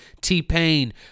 T-Pain